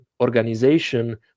organization